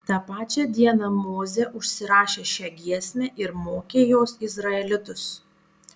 tą pačią dieną mozė užsirašė šią giesmę ir mokė jos izraelitus